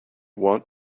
want